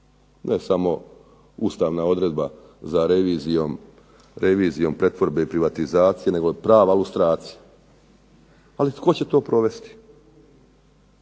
ne samo ustavna odredba za revizijom, revizijom pretvorbe i privatizacije nego prava ilustracija, ali tko će to provesti,